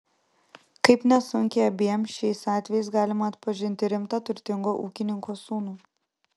kaip nesunkiai abiem šiais atvejais galima atpažinti rimtą turtingo ūkininko sūnų